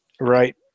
Right